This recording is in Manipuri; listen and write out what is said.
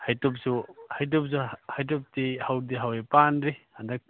ꯍꯩꯇꯨꯞꯁꯨ ꯍꯩꯇꯨꯞꯁꯨ ꯍꯩꯇꯨꯞꯇꯤ ꯍꯧꯗꯤ ꯍꯧꯋꯤ ꯄꯥꯟꯗ꯭ꯔꯤ ꯍꯟꯗꯛ